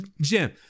Jim